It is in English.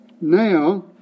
now